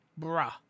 Bruh